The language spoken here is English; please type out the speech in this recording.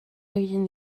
reading